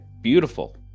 Beautiful